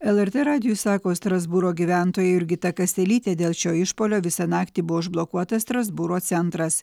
lrt radijui sako strasbūro gyventoja jurgita kaselytė dėl šio išpuolio visą naktį buvo užblokuotas strasbūro centras